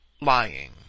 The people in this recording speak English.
lying